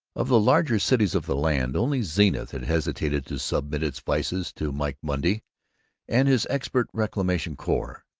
of the larger cities of the land, only zenith had hesitated to submit its vices to mike monday and his expert reclamation corps.